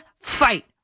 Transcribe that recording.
fight